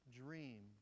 dream